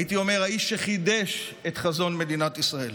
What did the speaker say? הייתי אומר, האיש שחידש את חזון מדינת ישראל,